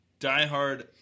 diehard